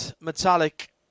metallic